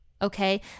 Okay